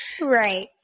Right